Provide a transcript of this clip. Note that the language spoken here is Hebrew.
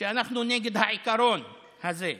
שאנחנו נגד העיקרון הזה.